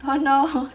oh no